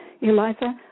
eliza